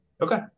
Okay